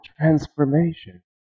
transformation